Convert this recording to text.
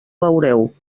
veureu